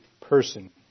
person